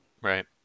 Right